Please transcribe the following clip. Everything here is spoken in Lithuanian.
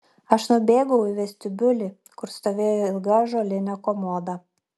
aš nubėgau į vestibiulį kur stovėjo ilga ąžuolinė komoda